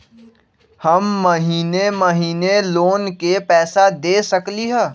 हम महिने महिने लोन के पैसा दे सकली ह?